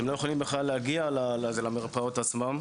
שלא יכולים להגיע למרפאות עצמן,